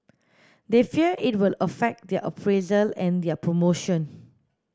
they fear it will affect their appraisal and their promotion